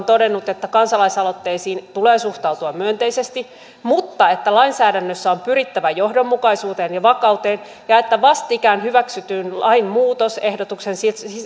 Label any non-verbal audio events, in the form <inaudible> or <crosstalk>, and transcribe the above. <unintelligible> todennut että kansalaisaloitteisiin tulee suhtautua myönteisesti mutta että lainsäädännössä on pyrittävä johdonmukaisuuteen ja vakauteen ja että vastikään hyväksytyn lain muutosehdotuksen